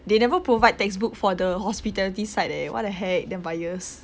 they never provide textbook for the hospitality side eh what the heck damn biased